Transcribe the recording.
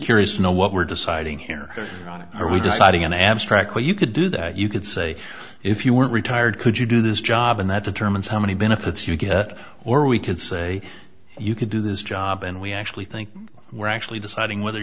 curious to know what we're deciding here donna are we deciding an abstract way you could do that you could say if you were retired could you do this job and that determines how many benefits you get or we can say you can do this job and we actually think we're actually deciding whether